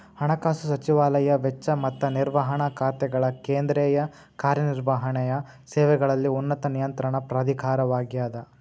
ಹಣಕಾಸು ಸಚಿವಾಲಯ ವೆಚ್ಚ ಮತ್ತ ನಿರ್ವಹಣಾ ಖಾತೆಗಳ ಕೇಂದ್ರೇಯ ಕಾರ್ಯ ನಿರ್ವಹಣೆಯ ಸೇವೆಗಳಲ್ಲಿ ಉನ್ನತ ನಿಯಂತ್ರಣ ಪ್ರಾಧಿಕಾರವಾಗ್ಯದ